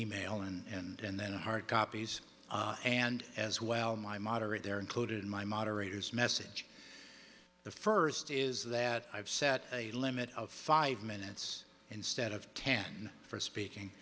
mail and then a hard copies and as well my moderate there included my moderator's message the first is that i've set a limit of five minutes instead of ten for speaking